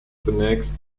zunächst